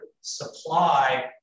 supply